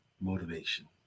motivation